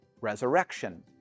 resurrection